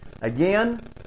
Again